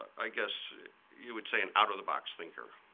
i guess you would say, an out-of-the-box thinker.